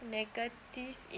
negative